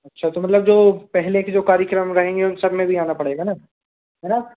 अच्छा तो मतलब जो पहले के जो कार्यक्रम रहेंगे उन सब में भी आना पड़ेगा न है न